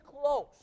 close